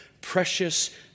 precious